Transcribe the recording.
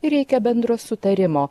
ir reikia bendro sutarimo